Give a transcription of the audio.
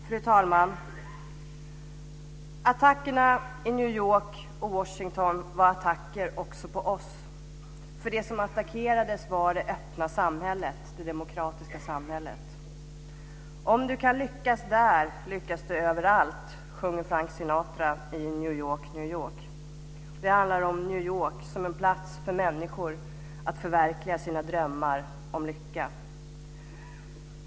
Fru talman! Attackerna i New York och Washington var attacker också på oss, för det som attackerades var det öppna samhället, det demokratiska samhället. Om det kan lyckas där lyckas det överallt, sjunger Frank Sinatra i New York, New York. Det handlar om New York som en plats för människor att förverkliga sina drömmar om lycka.